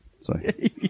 sorry